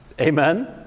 Amen